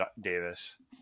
davis